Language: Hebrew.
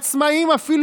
העצמאים, אפילו